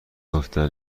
گفتن